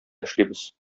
эшлибез